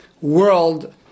world